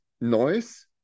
noise